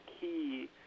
key